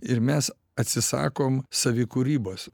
ir mes atsisakom savikūrybos